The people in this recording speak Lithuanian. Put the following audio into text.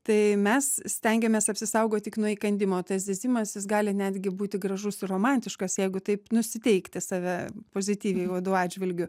tai mes stengiamės apsisaugot tik nuo įkandimo tas zyzimas jis gali netgi būti gražus ir romantiškas jeigu taip nusiteikti save pozityviai uodų atžvilgiu